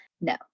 No